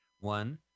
one